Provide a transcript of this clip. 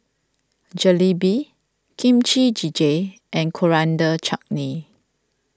Jalebi Kimchi Jjigae and Coriander Chutney